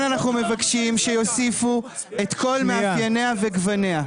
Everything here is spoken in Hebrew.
אנחנו מבקשים שיוסיפו את 'כל מאפייניה וגווניה'.